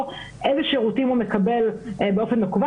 איזה שירותים הוא מקבל באופן מקוון.